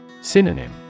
Synonym